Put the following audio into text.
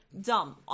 dumb